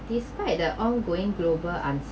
describe the ongoing global un~